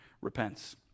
repents